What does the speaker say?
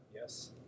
Yes